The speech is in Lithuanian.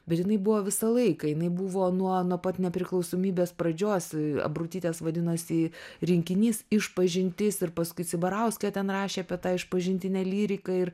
bet jinai buvo visą laiką jinai buvo nuo nuo pat nepriklausomybės pradžios abrutytės vadinosi rinkinys išpažintis ir paskui cibarauskė ten rašė apie tą išpažintinę lyriką ir